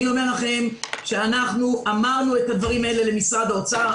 אנחנו אמרנו את הדברים האלה למשרד האוצר,